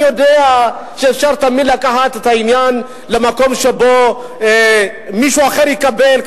אני יודע שאפשר תמיד לקחת את העניין למקום שבו מישהו אחר יקבל,